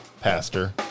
pastor